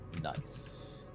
Nice